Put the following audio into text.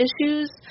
issues